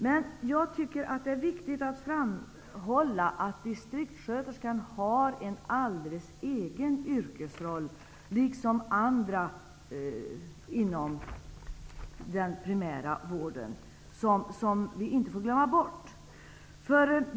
Men jag tycker att det är viktigt att framhålla att distriktssköterskan har en alldeles egen yrkesroll, liksom andra inom den primära vården, vilket vi inte får glömma bort.